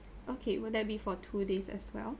okay will that be for two days as well